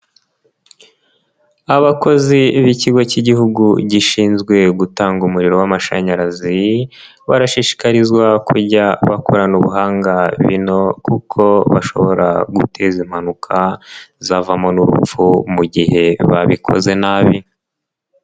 Abakozi b'ikigo cy'igihugu gishinzwe gutanga umuriro w'amashanyarazi, barashishikarizwa kujya bakorana ubuhanga bino kuko bashobora guteza impanuka zavamo n'urupfu mu gihe babikoze nabi.